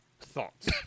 Thoughts